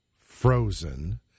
Frozen